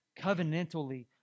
covenantally